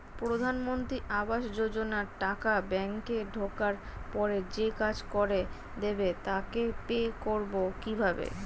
প্রধানমন্ত্রী আবাস যোজনার টাকা ব্যাংকে ঢোকার পরে যে কাজ করে দেবে তাকে পে করব কিভাবে?